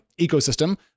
ecosystem